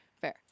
fair